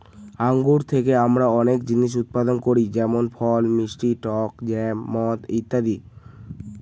আঙ্গুর থেকে আমরা অনেক জিনিস উৎপাদন করি যেমন ফল, মিষ্টি টক জ্যাম, মদ ইত্যাদি